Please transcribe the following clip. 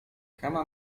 kama